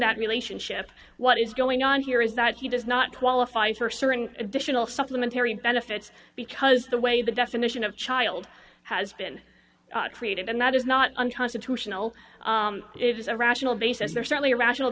that relations hip what is going on here is that he does not qualify for certain additional supplementary benefits because the way the definition of child has been created and that is not unconstitutional it is a rational basis there's certainly a rational